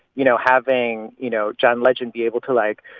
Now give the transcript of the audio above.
you know, having, you know, john legend be able to, like,